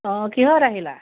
অঁ কিহঁত আহিলা